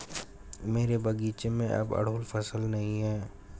मेरे बगीचे में अब अड़हुल फूल नहीं हैं